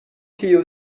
tio